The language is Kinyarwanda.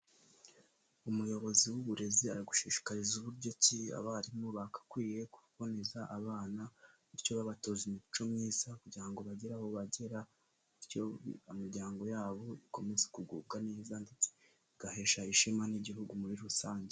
Umuyobozi w'uburezi aragushishikariza uburyo ki abarimu bagakwiye kuboneza abana, bityo babatoza imico myiza kugira ngo bagere aho bagera, bityo imiryango yabo ikomeze kugubwa neza ndetse bigahesha ishema n'igihugu muri rusange.